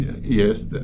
Yes